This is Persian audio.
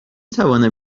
توانم